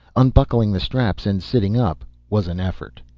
unbuckling the straps and sitting up was an effort.